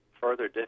further